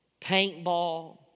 paintball